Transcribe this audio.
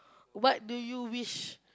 what do you wish